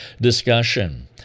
discussion